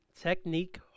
Technique